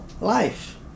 life